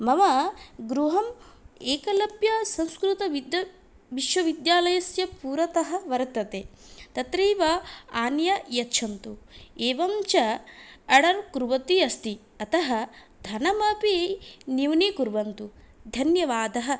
मम गृहम् एकलव्यसंस्कृतविद्द् विश्वविद्यालयस्य पुरतः वर्तते तत्रैव आनीय यच्छन्तु एवं च अर्डर् कुर्वती अस्ति अतः धनमपि न्यूनीकुर्वन्तु धन्यवादः